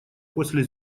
после